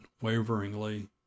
waveringly